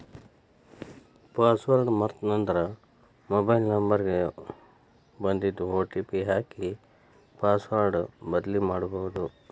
password ಮರೇತಂದ್ರ mobile number ಗ ಬನ್ದಿದ್ ಒ.ಟಿ.ಪಿ ಹಾಕಿ ಪಾಸ್ವರ್ಡ್ ಬದ್ಲಿಮಾಡ್ಬೊದು